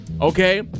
Okay